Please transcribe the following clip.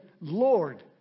Lord